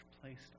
placed